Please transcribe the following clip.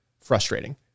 frustrating